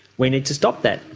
we need to stop that.